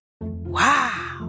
Wow